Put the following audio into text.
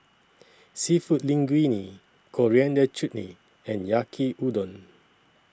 Seafood Linguine Coriander Chutney and Yaki Udon